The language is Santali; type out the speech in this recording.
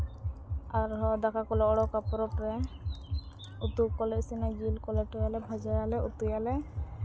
ᱟᱨ ᱨᱚᱦᱚᱲ ᱫᱟᱠᱟ ᱠᱚᱞᱮ ᱩᱰᱩᱠᱟ ᱯᱚᱨᱚᱵᱽ ᱨᱮ ᱩᱛᱩ ᱠᱚᱞᱮ ᱤᱥᱤᱱᱟ ᱡᱤᱞ ᱠᱚ ᱞᱮᱴᱚᱭᱟᱞᱮ ᱵᱷᱟᱡᱟᱭᱟᱞᱮ ᱩᱛᱩᱭᱟᱞᱮ